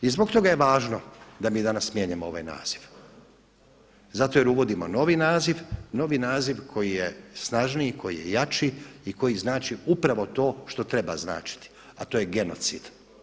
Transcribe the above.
I zbog toga je važno da mi danas mijenjamo ovaj naziv, zato jer uvodimo novi naziv, novi naziv koji je snažniji koji je jači i koji znači upravo to što treba značiti, a to je genocid.